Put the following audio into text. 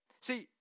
See